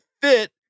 fit